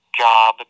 job